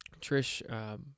Trish